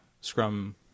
Scrum